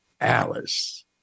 Alice